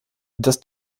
das